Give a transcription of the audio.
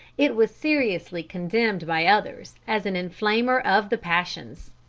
it was seriously condemned by others as an inflamer of the passions!